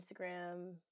Instagram –